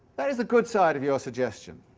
that is the good side of your suggestion.